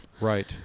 Right